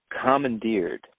commandeered